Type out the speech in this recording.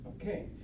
Okay